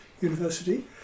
University